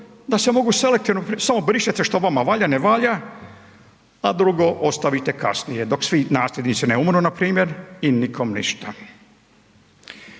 da se mogu selektivno samo brišete što vama valja, ne valja, a drugo ostavite kasnije, dok svi nasljednici ne umru npr. i nikom ništa.